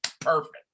perfect